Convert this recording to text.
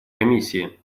комиссии